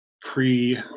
pre